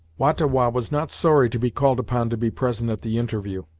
wah-ta-wah was not sorry to be called upon to be present at the interview,